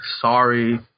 sorry